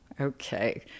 okay